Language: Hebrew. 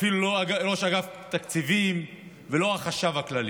אפילו לא ראש אגף תקציבים ולא החשב הכללי.